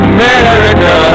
America